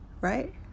Right